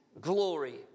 glory